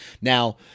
Now